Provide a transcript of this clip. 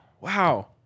Wow